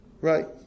Right